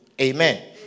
Amen